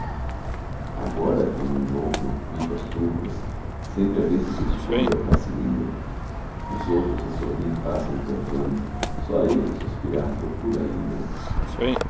agora como um louco eu fito as turbas sempre a ver se descubro a face linda os outros a sorrir passam cantando só eu a suspirar procuro ainda